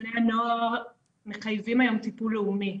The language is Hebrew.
בני הנוער מחייבים היום טיפול לאומי,